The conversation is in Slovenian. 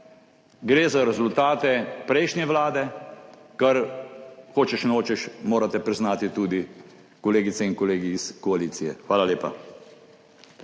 Gre za rezultate prejšnje vlade, kar hočeš nočeš morate priznati tudi kolegice in kolegi iz koalicije. Hvala lepa.